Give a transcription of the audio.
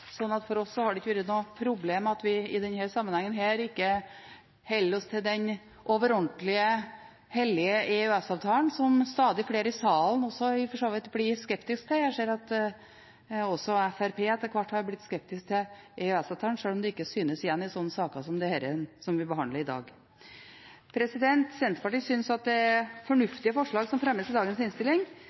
For oss har det ikke vært noe problem at vi i denne sammenhengen ikke holder oss til den overordentlige, hellige EØS-avtalen, som stadig flere i salen for så vidt også blir skeptisk til. Jeg ser at også Fremskrittspartiet etter hvert har blitt skeptisk til EØS-avtalen, sjøl om det ikke syns i slike saker som den vi behandler i dag. Senterpartiet syns at det er fornuftige forslag som fremmes i dagens innstilling,